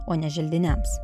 o ne želdiniams